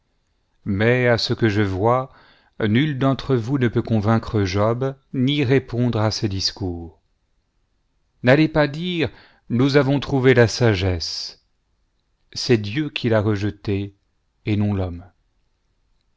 mais à ce que je vois nul d'entre vous ne peut convaincre job ni répondre à ses discours n'allez pas dire nous avons trouvé la sagesse c'est dieu qui l'a rejeté et non l'homme